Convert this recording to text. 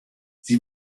sie